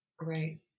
Right